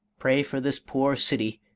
pray for this poor city,